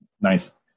Nice